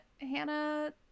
Hannah